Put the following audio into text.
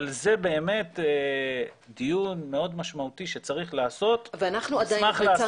אבל זה באמת דיון מאוד משמעותי שצריך לעשות ונשמח לעשות אותו.